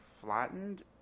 flattened